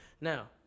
Now